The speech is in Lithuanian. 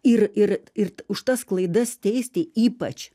ir ir ir už tas klaidas teisti ypač